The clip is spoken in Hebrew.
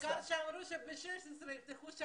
העיקר שאמרו שב-16 יפתחו את השמים.